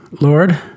Lord